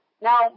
Now